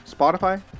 Spotify